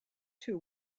two